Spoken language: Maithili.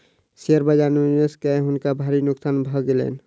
शेयर बाजार में निवेश कय हुनका भारी नोकसान भ गेलैन